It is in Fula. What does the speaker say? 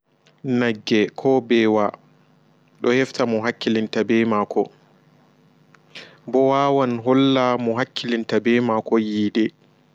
Nagge ko beewa ɗo hefta mo hakkilinta bee maako bo wawan holla mo hakkilinta bee maako yiide.